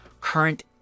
current